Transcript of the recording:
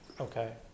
Okay